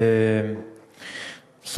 תודה רבה,